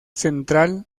central